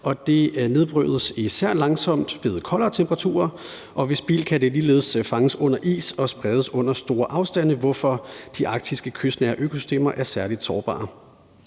Det nedbrydes især langsomt ved koldere temperaturer, og ved spild kan det ligeledes fanges under is og spredes ud over store afstande, hvorfor de arktiske kystnære økosystemer er særlig sårbare.